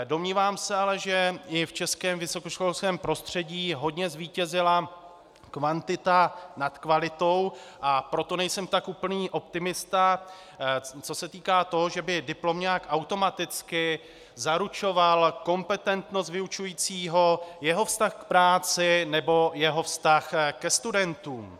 Domnívám se ale, že v českém vysokoškolském prostředí hodně zvítězila kvantita nad kvalitou, a proto nejsem tak úplný optimista, co se týká toho, že by nějak automaticky zaručovalo kompetentnost vyučujícího, jeho vztah k práci nebo jeho vztah ke studentům.